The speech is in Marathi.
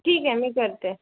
ठीक आहे मी करते